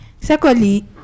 secondly